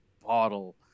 bottle